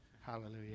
Hallelujah